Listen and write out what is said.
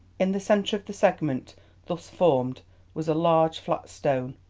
in the centre of the segment thus formed was a large flat stone,